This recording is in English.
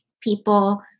people